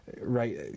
right